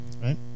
right